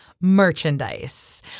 merchandise